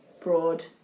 Broad